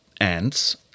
ants